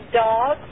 dog